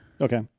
Okay